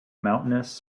mountainous